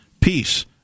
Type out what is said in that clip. peace